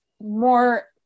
more